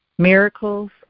Miracles